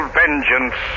vengeance